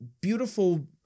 beautiful